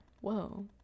whoa